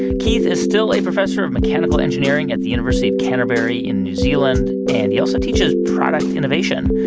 keith is still a professor of mechanical engineering at the university of canterbury in new zealand, and he also teaches product innovation.